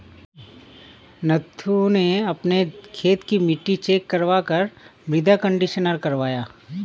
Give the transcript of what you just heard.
नथु ने अपने खेत की मिट्टी चेक करवा कर मृदा कंडीशनर करवाया